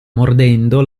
mordendo